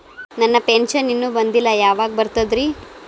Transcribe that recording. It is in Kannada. ನನ್ನ ಪೆನ್ಶನ್ ಇನ್ನೂ ಬಂದಿಲ್ಲ ಯಾವಾಗ ಬರ್ತದ್ರಿ?